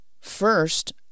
first